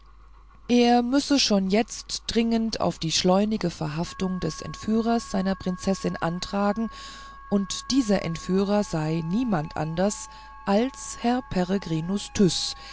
er müsse schon jetzt dringend auf die schleunige verhaftung des entführers seiner prinzessin antragen und dieser entführer sei niemand anders als herr